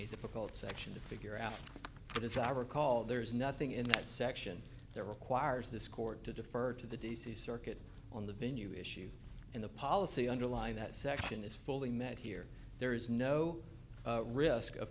a difficult section to figure out but as i recall there's nothing in that section there requires this court to defer to the d c circuit on the venue issue and the policy underlying that section is fully met here there is no risk of